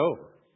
over